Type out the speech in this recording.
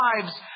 lives